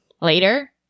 later